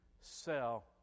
sell